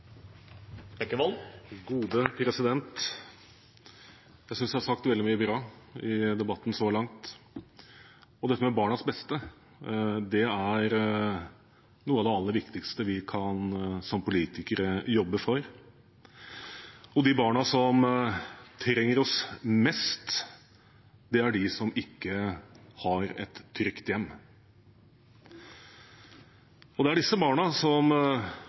sagt veldig mye bra i debatten så langt. Dette med barnas beste er noe av det aller viktigste vi som politikere kan jobbe for. Og de barna som trenger oss mest, er de som ikke har et trygt hjem. Det er disse barna barnevernet møter og hjelper hver dag over hele landet vårt. Vi må sørge for at vi har et barnevern i Norge som